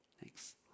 Thanks